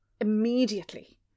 Immediately